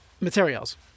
materials